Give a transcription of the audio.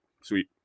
Sweet